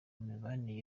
mibanire